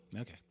Okay